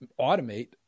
automate